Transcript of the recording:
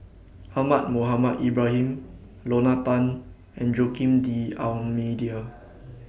Ahmad Mohamed Ibrahim Lorna Tan and Joaquim D'almeida